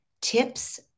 tips